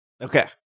Okay